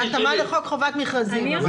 והתאמה לחוק חובת מכרזים.